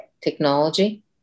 technology